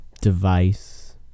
device